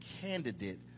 candidate